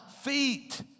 feet